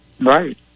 Right